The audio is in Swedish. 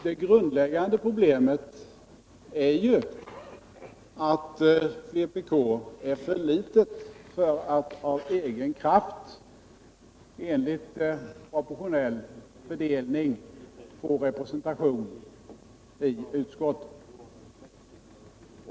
Det grundläggande problemet är ju att vpk är för litet för att av egen kraft och enligt proportionell fördelning få representation i utskotten.